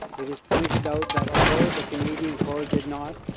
it is pointed out that although the canadian corps did not,